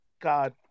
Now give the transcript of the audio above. God